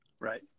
Right